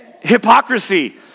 hypocrisy